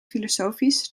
filosofisch